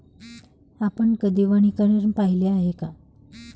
आपण कधी वनीकरण पाहिले आहे का?